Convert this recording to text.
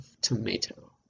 tomato